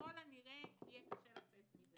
ככל הנראה יהיה קשה לצאת מזה,